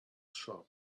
shop